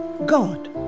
God